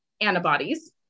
antibodies